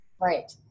Right